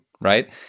right